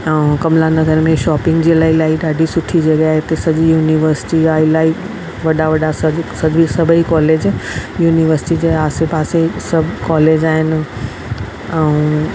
ऐं कमला नगर में शॉपिंग जे लाइ इलाही ॾाढी सुठी जॻह आहे हिते सॼी यूनीवर्सिटी आहे इलाही वॾा वॾा सभु सभु सभेई कॉलेज यूनीवर्सिटी जे आसे पासे सभु कॉलेज आहिनि ऐं